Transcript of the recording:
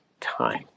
time